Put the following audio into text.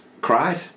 cried